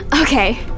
Okay